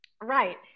Right